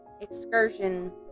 excursion